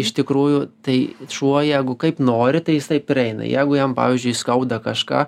iš tikrųjų tai šuo jeigu kaip nori tai jisai prieina jeigu jam pavyzdžiui skauda kažką